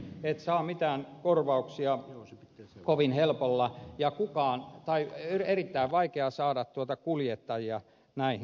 et saa mitään korvauksia kovin helpolla ja on erittäin vaikea saada kuljettajia näihin